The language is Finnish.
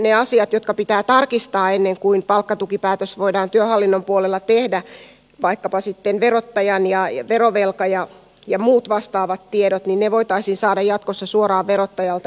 ne asiat jotka pitää tarkistaa ennen kuin palkkatukipäätös voidaan työhallinnon puolella tehdä vaikkapa sitten verottajan ja ajeli rovio verovelka ja muut vastaavat tiedot voitaisiin saada jatkossa suoraan verottajalta